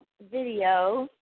video